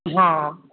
हँ